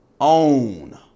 own